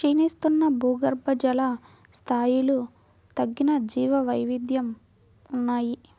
క్షీణిస్తున్న భూగర్భజల స్థాయిలు తగ్గిన జీవవైవిధ్యం ఉన్నాయి